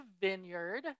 vineyard